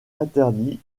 interdit